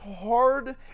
hard